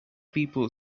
people